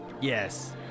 yes